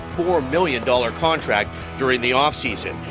four million dollars contract during the offseason.